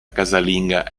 casalinga